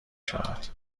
شود